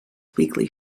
weekly